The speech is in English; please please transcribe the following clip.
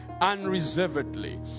unreservedly